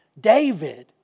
David